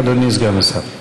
אדוני סגן השר.